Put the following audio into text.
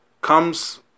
comes